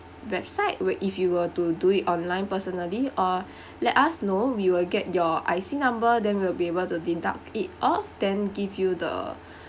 website where if you were to do it online personally or let us know we will get your I_C number then we'll be able to deduct it off give you the